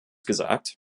gesagt